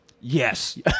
Yes